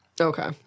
Okay